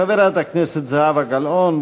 חברת הכנסת זהבה גלאון,